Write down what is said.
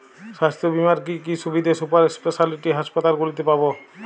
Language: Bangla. স্বাস্থ্য বীমার কি কি সুবিধে সুপার স্পেশালিটি হাসপাতালগুলিতে পাব?